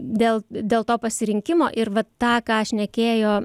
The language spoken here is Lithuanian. dėl dėl to pasirinkimo ir vat tą ką šnekėjo